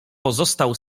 pozostał